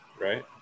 right